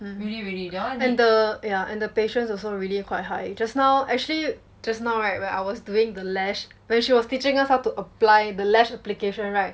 mm and the yeah and the patience also really quite high just now actually just now right when I was doing the lash when she was teaching us how to apply the lash application right